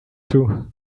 too